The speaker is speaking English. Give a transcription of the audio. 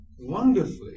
wonderfully